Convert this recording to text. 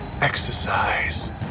exercise